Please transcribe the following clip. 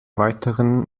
weiteren